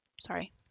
Sorry